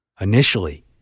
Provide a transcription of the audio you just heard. Initially